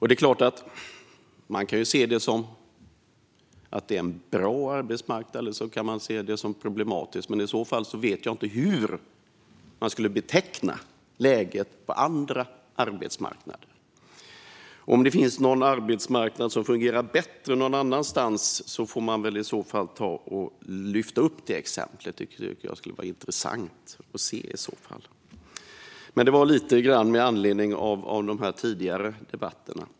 Det kan ses som en bra arbetsmarknad eller som en problematisk, men i så fall vet jag inte hur läget skulle betecknas på andra arbetsmarknader. Om det finns någon arbetsmarknad som fungerar bättre någonstans får man ta och lyfta upp det exemplet. Det skulle vara intressant att se - detta med anledning av de tidigare debatterna.